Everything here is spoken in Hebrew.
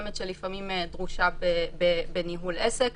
מסוימת שלפעמים דרושה בניהול עסק.